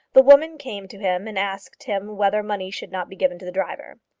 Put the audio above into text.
the woman came to him and asked him whether money should not be given to the driver.